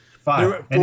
Five